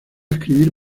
escribir